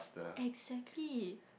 exactly